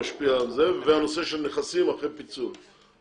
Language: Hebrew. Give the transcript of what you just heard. והנושא של נכסים אחרי פיצול.